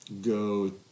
go